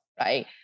right